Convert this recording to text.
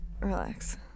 Relax